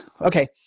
okay